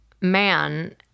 man